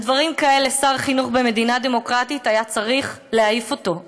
על דברים כאלה שר חינוך במדינה דמוקרטית היה צריך להעיף אותו,